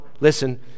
Listen